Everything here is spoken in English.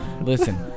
Listen